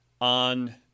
on